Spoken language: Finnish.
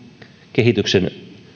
kehityksen